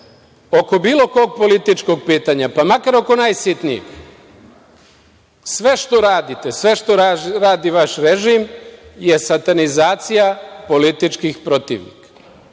oko bilo kog političkog pitanja pa makar oko najsitnijeg, sve što radite, sve što radi vaš režim je satanizacija političkih protivnika. Vi